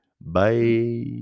Bye